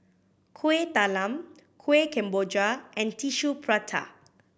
Kuih Talam Kueh Kemboja and Tissue Prata